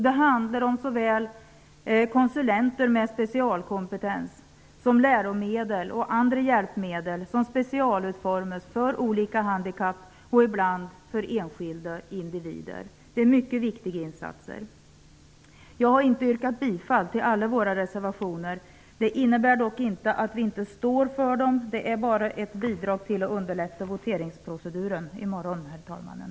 Det handlar såväl om konsulenter med specialkompetens som om läromedel och andra hjälpmedel som specialutformas för olika handikapp och ibland också för enskilda individer. Det här är mycket viktiga insatser. Herr talman! Jag har inte yrkat bifall till alla våra reservationer. Det innebär dock inte att vi inte står för dessa, utan det är bara ett bidrag för att underlätta voteringsproceduren här i morgon.